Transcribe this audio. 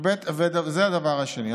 זה הדבר השני.